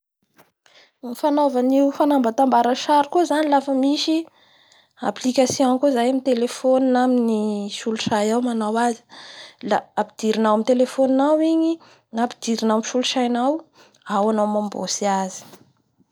Ny fanaova anio ny fanambatambara sary koa zany afa misy appication koa zay amin'ny telefona na amin'ny solosayao manao azy, la ampidirinao amin'ny telefoninao igny na ampidirinao amin'ny solosainao ao anao mambotsy azy.